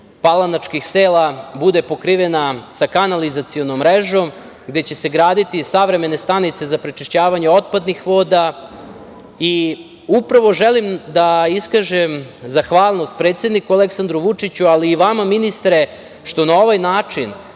palanačkih sela bude pokrivena sa kanalizacionom mrežom gde će se graditi savremene stanice za prečišćavanje otpadnih voda. Upravo želim da iskažem zahvalnost predsedniku Aleksandru Vučiću, ali i vama ministre što na ovaj način